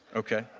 okay.